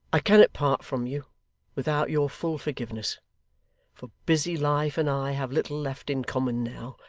i cannot part from you without your full forgiveness for busy life and i have little left in common now,